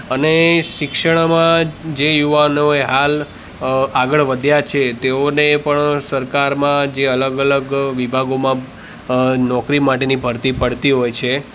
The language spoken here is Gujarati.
અને શિક્ષણમાં જે યુવાનોએ હાલ અ આગળ વધ્યા છે તેઓને પણ સરકારમાં જે અલગ અલગ વિભાગોમાં અ નોકરી માટેની પડતી પડતી હોય છે